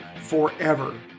forever